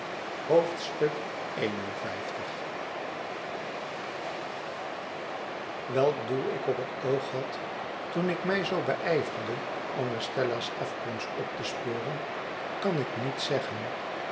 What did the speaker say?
welk doel ik op het oog had toen ik mij zoo beyverde om estella's af komst op te sporen kan ik niet zeggen